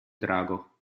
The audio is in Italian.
drago